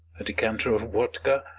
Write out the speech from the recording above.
a decanter of vodka,